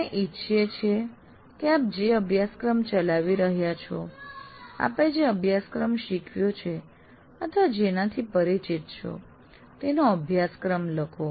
અમે ઇચ્છિએ છીએ કે આપ જે અભ્યાસક્રમ ચલાવી રહ્યા છો આપે જે અભ્યાસક્રમ શીખવ્યો છે અથવા જેનાથી પરિચિત છો તેનો અભ્યાસક્રમ લખો